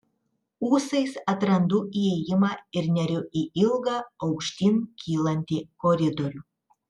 ūsais atrandu įėjimą ir neriu į ilgą aukštyn kylantį koridorių